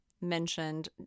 mentioned